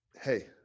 Hey